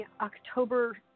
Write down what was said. October